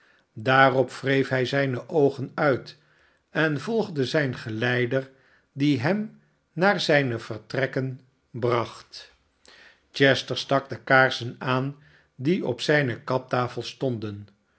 daarop wreef hij zijne oogen uit en volgde zijn geleider die hem naar zijne vertrekken bracht chester stak de kaarsen aan die op zijne kaptafel stonden